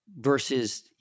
Versus